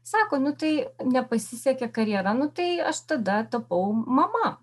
sako nu tai nepasisekė karjera nu tai aš tada tapau mama